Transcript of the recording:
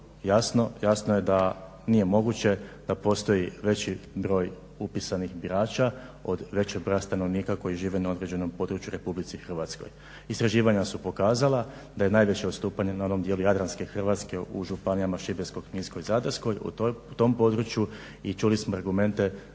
jasno je da nije moguće da postoji veći broj upisanih birača od većeg broja stanovnika koji žive na određenom području u RH. istraživanja su pokazala da je najveće odstupanje na onom dijelu jadranske Hrvatske u županijama Šibenskoj, Kninskoj, Zadarskoj u tom području i čuli smo argumente